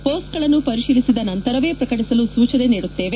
ಪೋಸ್ಟ್ಗಳನ್ನು ಪರಿಶೀಲಿಸಿದ ನಂತರವೇ ಪ್ರಕಟಿಸಲು ಸೂಚನೆ ನೀಡುತ್ತೇವೆ